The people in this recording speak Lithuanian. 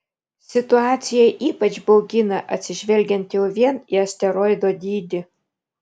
situacija ypač baugina atsižvelgiant jau vien į asteroido dydį